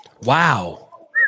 Wow